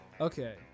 Okay